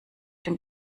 den